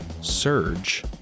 surge